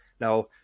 Now